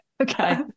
Okay